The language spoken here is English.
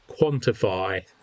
quantify